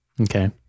Okay